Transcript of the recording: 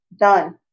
Done